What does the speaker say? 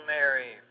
Mary